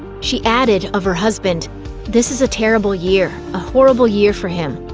she added of her husband this is a terrible year, a horrible year for him.